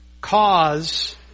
cause